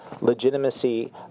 legitimacy